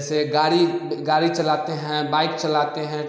ऐसे गाड़ी गाड़ी चलाते हैं बाइक चलाते हैं